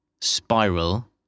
spiral